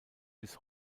bis